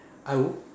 I would